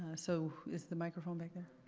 so is the microphone back there?